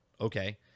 Okay